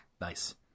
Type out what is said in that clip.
Nice